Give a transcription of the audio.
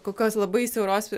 kokios labai siauros